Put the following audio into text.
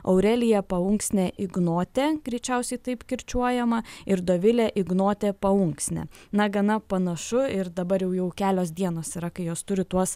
aurelija paunksnė ignotė greičiausiai taip kirčiuojama ir dovilė ignotė paunksnė na gana panašu ir dabar jau jau kelios dienos yra kai jos turi tuos